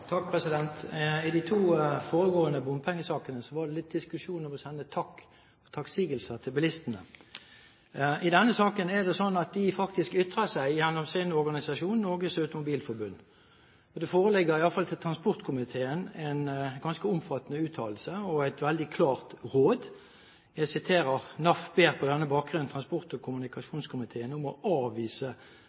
det sånn at de faktisk ytrer seg gjennom sin organisasjon, Norges Automobil-Forbund. Det foreligger – i alle fall til transportkomiteen – en ganske omfattende uttalelse og et veldig klart råd. Jeg siterer: «NAF ber på denne bakgrunn Transport- og kommunikasjonskomitéen om å avvise